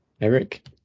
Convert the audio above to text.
Eric